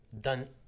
Done